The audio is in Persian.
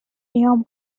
قیام